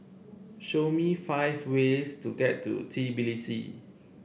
show me five ways to get to Tbilisi